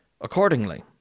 accordingly